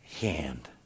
hand